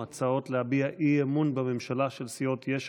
הצעות להביע אי-אמון בממשלה של סיעות יש עתיד,